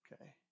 Okay